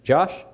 Josh